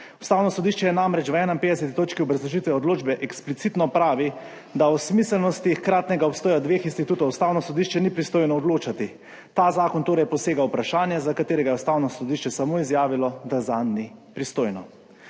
Ustavno sodišče je namreč v 51 točki obrazložitve odločbe eksplicitno pravi, da o smiselnosti hkratnega obstoja dveh institutov Ustavno sodišče ni pristojno odločati. Ta zakon torej posega v vprašanje, za katerega je Ustavno sodišče samo izjavilo, da zanj ni pristojno.